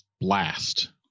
blast